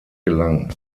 gelang